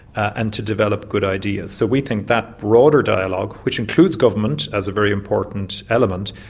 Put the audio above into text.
and to develop good ideas. so we think that broader dialogue, which includes government as a very important element,